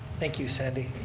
thank you, sandy.